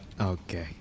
Okay